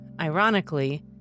ironically